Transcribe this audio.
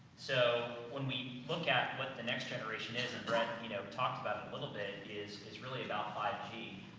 so, when we look at what the next generation is, and brett, you know, talked about a little bit is, is really about five g.